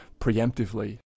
preemptively